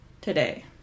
today